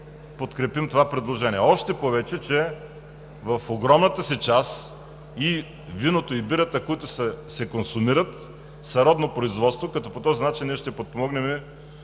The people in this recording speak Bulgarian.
подкрепим това предложение. Още повече че в огромната си част и виното, и бирата, които се консумират, са родно производство. По този начин ние ще подпомогнем